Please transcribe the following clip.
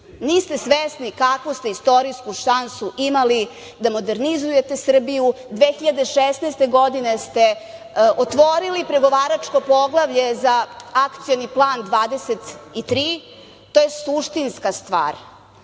Niste svesni kakvu ste istorijsku šansu imali da modernizujete Srbiju. Dakle, 2016. godine ste otvorili pregovaračko poglavlje za akcioni plan 23. To je suštinska stvar. Kakva